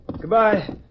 Goodbye